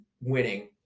winning